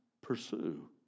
pursue